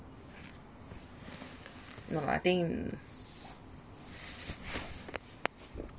no I think